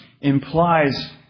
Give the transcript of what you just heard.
implies